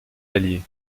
alliés